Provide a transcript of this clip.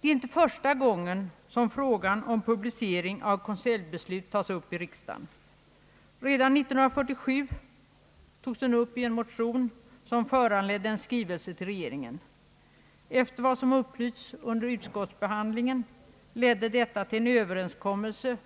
Det är inte första gången som frågan om publicering av konseljbeslut tagits upp i riksdagen. Redan 1947 togs den upp i en motion som föranledde en skrivelse till regeringen. Efter vad som upplysts under utskottsbehandlingen ledde detta till en överenskommelse